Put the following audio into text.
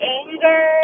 anger